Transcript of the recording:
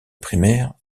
primaire